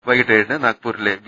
വൈകിട്ട് ഏഴിന് നാഗ്പൂരിലെ വി